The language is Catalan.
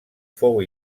fou